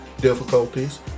difficulties